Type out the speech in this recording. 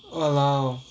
!walao!